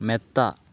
മെത്ത